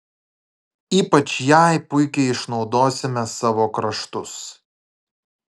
ypač jai puikiai išnaudosime savo kraštus